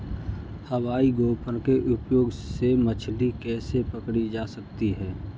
हवाई गोफन के उपयोग से मछली कैसे पकड़ी जा सकती है?